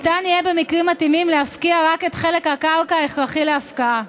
ניתן יהיה במקרים המתאימים להפקיע רק את חלק הקרקע ההכרחי להפקעה.